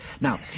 Now